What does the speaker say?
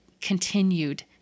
continued